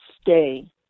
stay